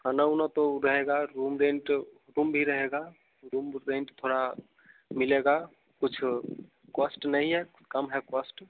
खाना उना तो रहेगा रूम रेंट रूम भी रहेगा रूम रेंट थोड़ा मिलेगा कुछ कॉस्ट नहीं है कम है कॉस्ट